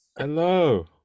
hello